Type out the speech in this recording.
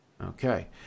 okay